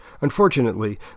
unfortunately